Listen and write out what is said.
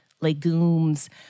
legumes